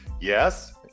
yes